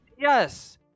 yes